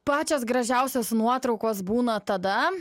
pačios gražiausios nuotraukos būna tada